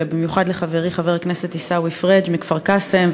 במיוחד לחברי חבר הכנסת עיסאווי פריג' מכפר-קאסם,